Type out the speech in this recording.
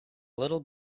little